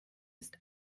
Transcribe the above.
ist